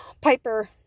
Piper